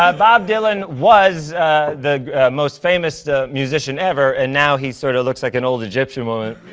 um bob dylan was the most famous musician ever. and now he sort of looks like an old egyptian woman.